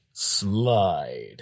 slide